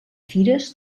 fires